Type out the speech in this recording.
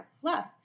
fluff